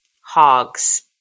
hogs